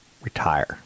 retire